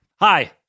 Hi